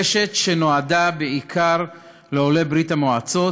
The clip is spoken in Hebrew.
זו רשת שנועדה בעיקר לעולי ברית-המועצות,